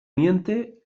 miente